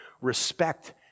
respect